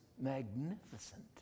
magnificent